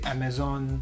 Amazon